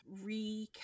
recap